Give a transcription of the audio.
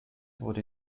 wurde